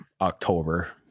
October